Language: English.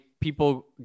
people